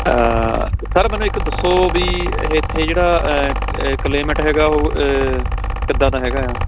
sir ਮੈਨੂੰ ਇੱਕ ਦੱਸੋ ਵੀ ਇੱਥੇ ਜਿਹੜਾ ਕਲੇਮਟ ਹੈਗਾ ਉਹ ਕਿੱਦਾਂ ਦਾ ਹੈਗਾ ਆ